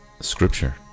Scripture